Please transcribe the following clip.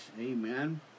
Amen